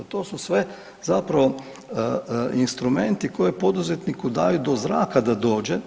To su sve zapravo instrumenti koji poduzetniku daju do zraka da dođe.